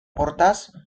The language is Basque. hortaz